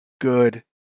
good